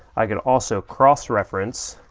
i can also cross reference